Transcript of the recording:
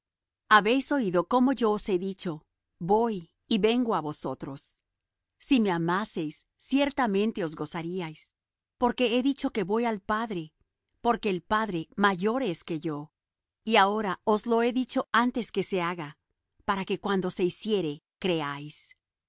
habéis oído cómo yo os he dicho voy y vengo á vosotros si me amaseis ciertamente os gozaríais porque he dicho que voy al padre porque el padre mayor es que yo y ahora os lo he dicho antes que se haga para que